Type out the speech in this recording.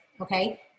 okay